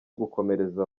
gukomereza